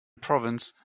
province